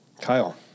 Kyle